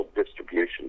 distribution